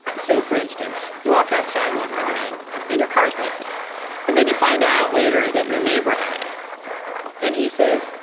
so, for instance, you walk outside one morning and your car's missing and then you find out later that your neighbor had it and he says,